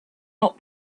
not